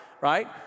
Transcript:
right